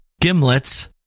gimlet's